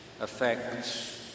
affects